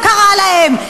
הוא קרא להם.